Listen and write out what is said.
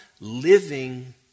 Living